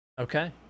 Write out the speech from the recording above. Okay